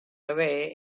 away